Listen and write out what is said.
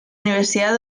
universidad